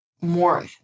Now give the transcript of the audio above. more